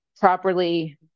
properly